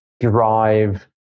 drive